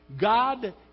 God